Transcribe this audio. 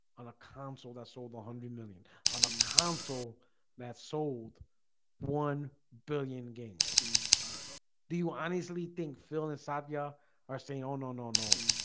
on a console that's sold one hundred million on a console that sold one billion games do you honestly think phil and sadhya are saying oh no, no, no